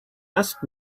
asked